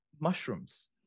mushrooms